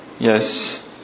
Yes